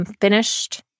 finished